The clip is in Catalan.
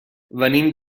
venim